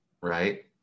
Right